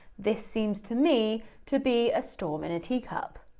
this seems to me to be a storm in a teacup,